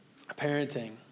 Parenting